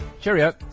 cheerio